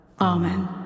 Amen